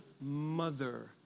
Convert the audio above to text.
Mother